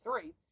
three